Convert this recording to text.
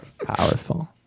Powerful